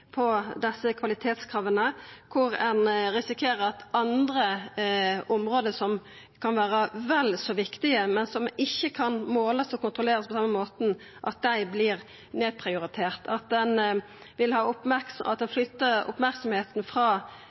desse kvalitetskrava, der ein risikerer at andre område som kan vera vel så viktige, men som ikkje kan målast og kontrollerast på den måten, vert nedprioriterte, at ein flyttar merksemda frå dei kvalitetsområda som er viktige å følgja opp, til dei